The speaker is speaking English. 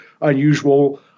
unusual